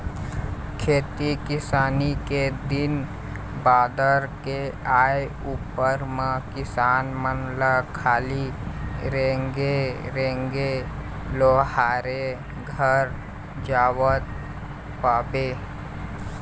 खेती किसानी के दिन बादर के आय उपर म किसान मन ल खाली रेंगे रेंगे लोहारे घर जावत पाबे